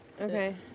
Okay